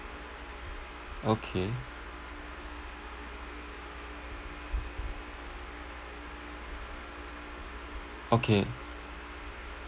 okay okay